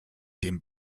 dem